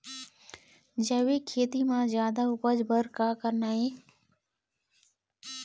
जैविक खेती म जादा उपज बर का करना ये?